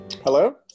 Hello